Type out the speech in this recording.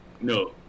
no